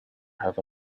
have